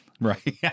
Right